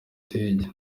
ndege